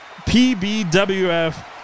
PBWF